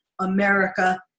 America